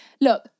look